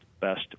best